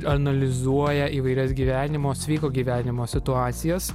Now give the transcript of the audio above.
analizuoja įvairias gyvenimo sveiko gyvenimo situacijas